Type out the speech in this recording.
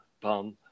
bum